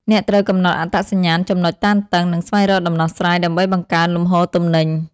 អ្នកត្រូវកំណត់អត្តសញ្ញាណចំណុចតានតឹង និងស្វែងរកដំណោះស្រាយដើម្បីបង្កើនលំហូរទំនិញ។